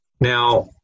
Now